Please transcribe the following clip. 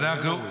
הלל שלם אומרים.